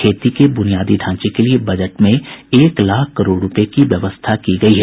खेती के बूनियादी ढांचे के लिए बजट में एक लाख करोड़ रूपये की व्यवस्था की गयी है